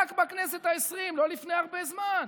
רק בכנסת העשרים, לא לפני הרבה זמן.